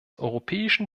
europäischen